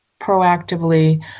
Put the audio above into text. proactively